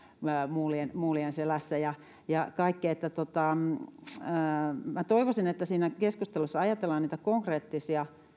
muulien muulien selässä ja ja kaikkea minä toivoisin että siinä keskustelussa ajatellaan niitä konkreettisia